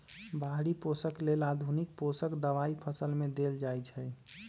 बाहरि पोषक लेल आधुनिक पोषक दबाई फसल में देल जाइछइ